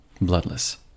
bloodless